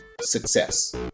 success